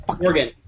Morgan